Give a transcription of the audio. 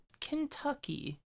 Kentucky